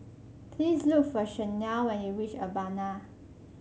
please look for Chanelle when you reach Urbana